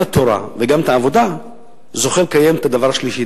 התורה וגם את העבודה זוכה לקיים את הדבר השלישי,